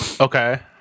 Okay